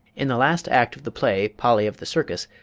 in the last act of the play, polly of the circus,